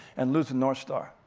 and lose the north star.